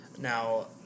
Now